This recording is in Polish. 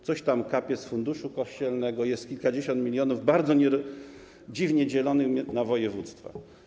Coś tam kapie z Funduszu Kościelnego, jest kilkadziesiąt milionów bardzo dziwnie dzielonych na województwa.